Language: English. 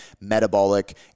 metabolic